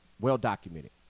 Well-documented